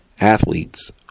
athletes